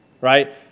Right